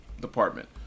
department